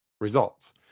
results